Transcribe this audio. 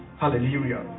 hallelujah